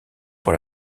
pour